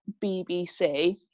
BBC